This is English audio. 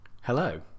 Hello